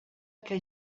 que